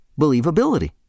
believability